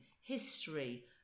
history